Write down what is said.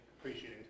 appreciating